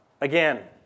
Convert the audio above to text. again